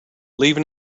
leave